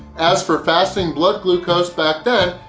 as for fasting blood glucose back then,